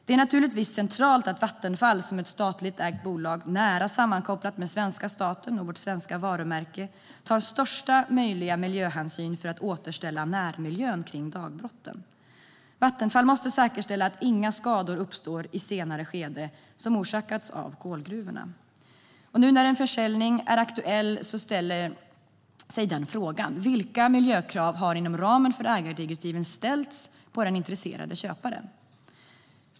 Det är naturligtvis centralt att Vattenfall som ett statligt ägt bolag nära sammankopplat med svenska staten och vårt svenska varumärke tar största möjliga miljöhänsyn för att återställa närmiljön kring dagbrotten. Vattenfall måste säkerställa att inga skador som har orsakats av kolgruvorna uppstår i ett senare skede. Nu när en försäljning är aktuell ställer man sig frågan: Vilka miljökrav har inom ramen för ägardirektiven ställts på den intresserade köparen?